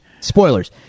Spoilers